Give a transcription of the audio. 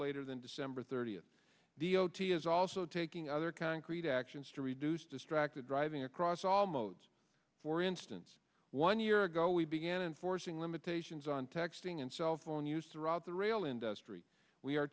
later than december thirtieth the o t is also taking other concrete actions to reduce distracted driving across all modes for instance one year ago we began enforcing limitations on texting and cellphone use throughout the rail industry we are